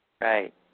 Right